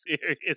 serious